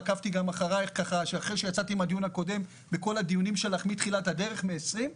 ועקבתי גם אחריך ואחרי כל הדיונים שלך מתחילת הדרך ב-20'.